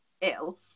ill